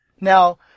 Now